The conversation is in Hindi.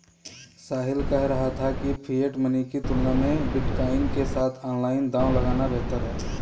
साहिल कह रहा था कि फिएट मनी की तुलना में बिटकॉइन के साथ ऑनलाइन दांव लगाना बेहतर हैं